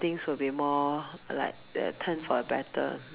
things will be more like they turn for the better mm